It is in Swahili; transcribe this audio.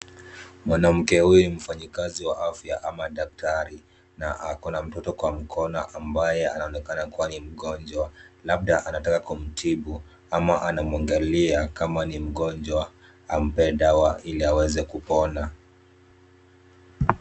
Mwanamke huyu ni mfanyikazi wa afya ama daktari na ako na mtoto kwa mkono ambaye anaonekana kuwa ni mgonjwa, labda anataka kumtibu ama anamwangalia kama ni mgonjwa ampe dawa ili aweze kupona.